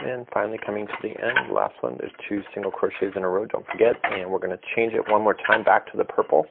and finally coming to the end last one, there's two single crochets in a row don't forget and we're gonna change it one more time back to the purple